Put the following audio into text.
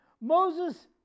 Moses